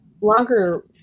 longer